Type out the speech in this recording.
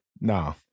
no